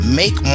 make